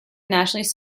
nationally